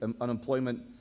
unemployment